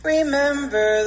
Remember